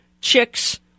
chicks